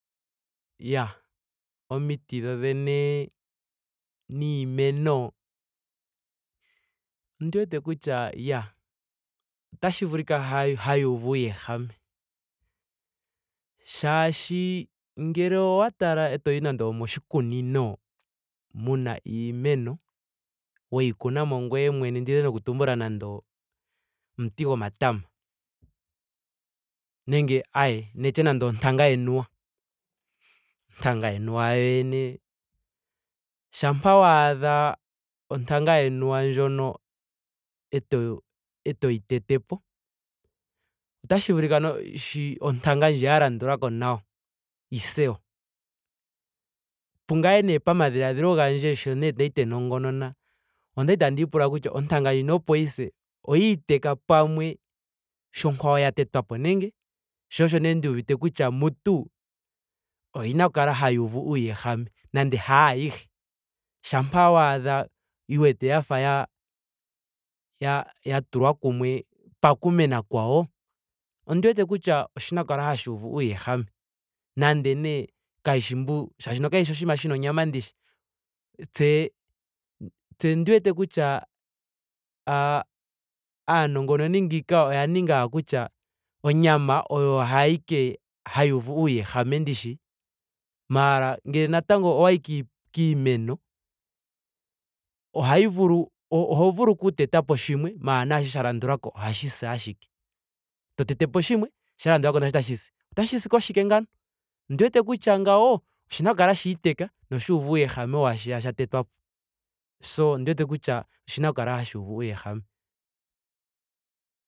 Iyaa omiti dhodhene niimeno ondi wete kutya iya otashi vulika hawi uvu uuwehame. shaashi ngele oa tala etoyi moshikunino muna iimeno. weyi kuna mo ngweye mwene. nda dhina oku tumbula nenge omuti gomatama. Aye nandi tye nando etanga yenuwa. Ontanga yenuwa yo yene shampa waadha ontanga yenuwa ndjono eto- eto yi tete po. otashi vulika yi shi ontanga ndji ya landulako nayo yi se wo pungame nee pomadhiladhilo gandje sho kwali tandi nongonona. okwali tandii pula kutya ontanga ndjino opo yi se oyiiteka pamwe sho onkwawo ya tetwa po nenge? Sho oshee nduuvite kutya mutu ohayi vulu oku kala hayi uve uuwehame. Nande haayihe. Shampa waadha wu wete ya fa ya- ya tulwa kumwe pakumena kwayo. ondi wete kutya oshina oku kala hashi uvu uuwehame. Nande nee ka wushi mbu. shaashi kashishi oshinima shina onyama ndishi. tse- tse ondi wete kutya aa- aanongononi ngiika oya ninga owala kutya onyama oyo ayike hayi uvu uuwehame ndishi. maara ngele natango owayi kii- kiimeno ohayi vulu oho vulu oku teta po shimwe. maara naashi sha landulako ohashi si ashike. To tete po shimwe. shi sha landulako nasho tashi si. Otashi si koshike ngawo? Ondi wete kutya ngawo oshina oku kala shiiteka noshuuvu uuwehame waashiya sha tetwa po. So ondi wete kutya oshina oku kala hashi uvu uuwehame.